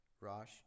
Rosh